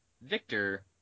Victor